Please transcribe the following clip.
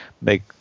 make